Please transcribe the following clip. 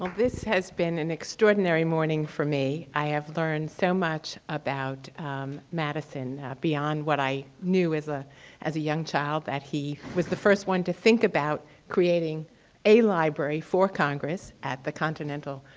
um this has been an extraordinary morning for me. i have learned so much about madison beyond what i knew as ah as a young child that he was the first one to think about creating a library for congress at the continental